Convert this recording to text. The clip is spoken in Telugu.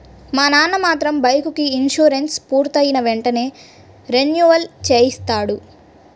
మా నాన్న మాత్రం బైకుకి ఇన్సూరెన్సు పూర్తయిన వెంటనే రెన్యువల్ చేయిస్తాడు